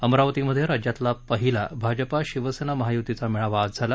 अमरावतीमध्ये राज्यातला पहिला भाजपा शिवसेना महायुतीचा महामेळावा आज झाला